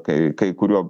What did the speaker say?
kai kai kurio